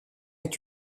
est